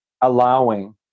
allowing